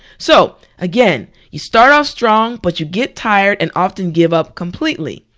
so again, you start off strong but you get tired and often give up completely.